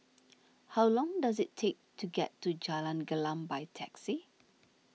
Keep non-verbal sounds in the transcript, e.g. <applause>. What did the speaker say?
<noise> how long does it take to get to Jalan Gelam by taxi